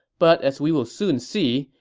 but as we will soon see,